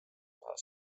ühe